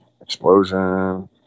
Explosion